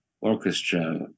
orchestra